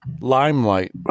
Limelight